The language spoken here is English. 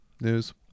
news